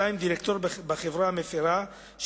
דירקטור בחברה המפירה,